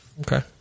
Okay